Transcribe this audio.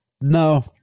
no